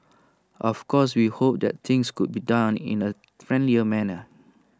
of course we hope that things could be done in A friendlier manner